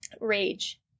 rage